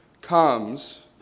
comes